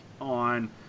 on